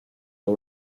por